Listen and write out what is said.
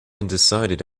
undecided